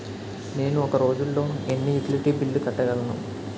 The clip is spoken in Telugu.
నేను ఒక రోజుల్లో ఎన్ని యుటిలిటీ బిల్లు కట్టగలను?